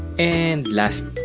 and last,